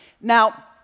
Now